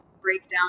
breakdown